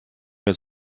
mehr